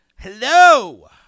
Hello